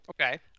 Okay